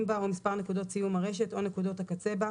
בה או מספר נקודות סיום הרשת או נקודות הקצה בה,